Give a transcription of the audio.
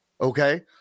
Okay